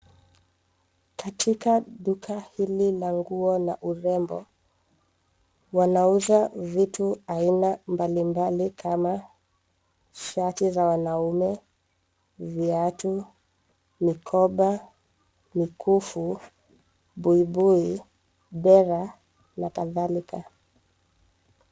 Katika duka hili la nguo na urembo, wanauza vitu aina mbali mbali, kama shati za wanaume, viatu, mikoba, mikufu, buibui, dera, na kadhalika.